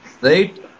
right